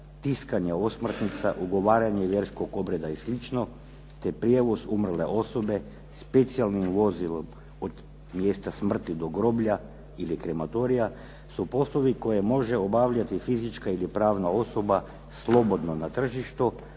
tiskanja osmrtnica, ugovaranje vjerskog obreda ili slično, te prijevoz umrle osobe specijalnim vozilom od mjesta smrti do groblja ili krematorija su poslovi koje može obavljati fizička ili pravna osoba slobodno na tržištu